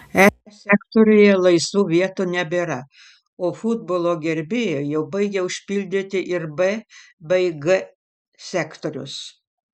e sektoriuje laisvų vietų nebėra o futbolo gerbėjai jau baigia užpildyti ir b bei g sektorius